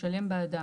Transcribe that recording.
ישלם בעדה,